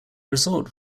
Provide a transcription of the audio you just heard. result